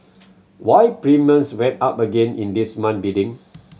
why premiums went up again in this month's bidding